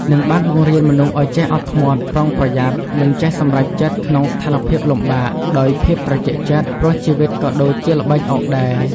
និងបានបង្រៀនមនុស្សឱ្យចេះអត់ធ្មត់ ប្រុងប្រយ័ត្ន និងចេះសម្រេចចិត្តក្នុងស្ថានភាពលំបាកដោយភាពត្រជាក់ចិត្ត ព្រោះជីវិតក៏ដូចជាល្បែងអុកដែរ។